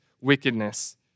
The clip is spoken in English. wickedness